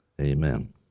Amen